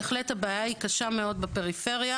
בהחלט הבעיה היא קשה מאוד בפריפריה,